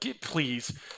please